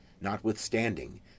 Notwithstanding